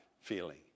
feeling